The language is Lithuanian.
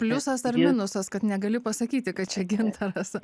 pliusas ar minusas kad negali pasakyti kad čia gintaras